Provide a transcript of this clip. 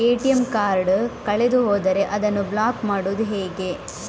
ATM card ಕಳೆದು ಹೋದರೆ ಅದನ್ನು ಬ್ಲಾಕ್ ಮಾಡುವುದು ಹೇಗೆ?